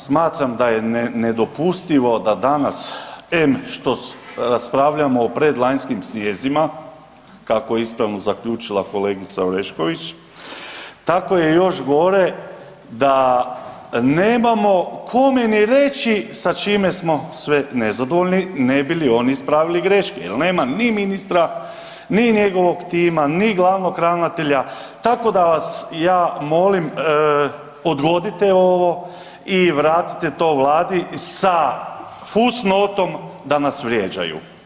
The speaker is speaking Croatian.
Smatram da je nedopustivo da danas em što raspravljamo o predlanjskim strijezima, kako je ispravno zaključila kolegica Orešković, tako je još gore da nemamo kome ni reći sa čime smo sve nezadovoljni ne bi li oni ispravili greške, jel nema ni ministra, ni njegovog tima, ni glavnog ravnatelja, tako da vas ja molim odgodite ovo i vratite to vladi sa fus notom da nas vrijeđaju.